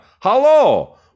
Hello